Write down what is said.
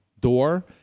door